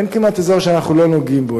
אין כמעט אזור שאנחנו לא נוגעים בו.